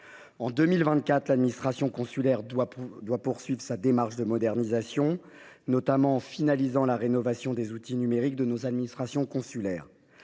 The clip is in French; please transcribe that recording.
En 2024, l’administration consulaire devrait poursuivre sa démarche de modernisation. Il s’agit notamment de finaliser la rénovation des outils numériques de nos administrations consulaires.